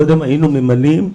קודם היינו ממלאים,